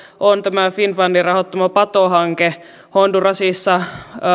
on tämä finnfundin rahoittama patohanke hondurasissa